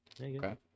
okay